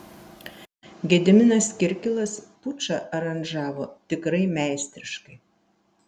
gediminas kirkilas pučą aranžavo tikrai meistriškai